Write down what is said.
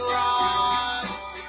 rise